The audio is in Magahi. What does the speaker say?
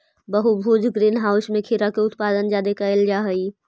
बहुभुज ग्रीन हाउस में खीरा के उत्पादन जादे कयल जा हई